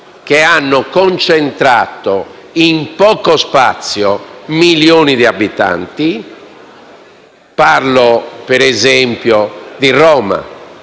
che hanno concentrati in poco spazio milioni di abitanti - come, ad esempio, Roma